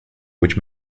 which